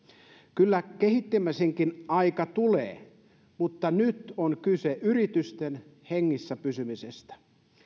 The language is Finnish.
kyllä kehittämisenkin aika tulee mutta nyt on kyse yritysten hengissä pysymisestä